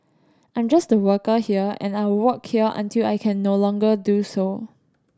I'm just a worker here and I will work here until I can no longer do so